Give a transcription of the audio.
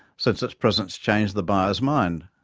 since its presence changed the buyer's mind.